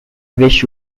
wish